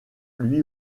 lui